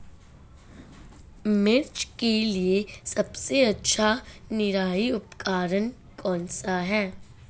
मिर्च के लिए सबसे अच्छा निराई उपकरण कौनसा है?